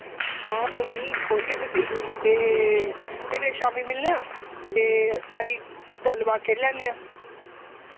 हां कोई निं खोलगे ते सेही ते फिर शामीं मिलने आं ते सारी गल्ल बात करी लैन्ने आं